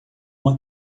uma